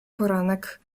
poranek